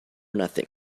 nothing